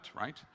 right